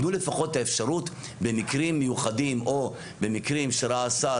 תנו לפחות את האפשרות במקרים מיוחדים או במקרים שראה השר,